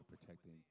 protecting